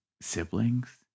siblings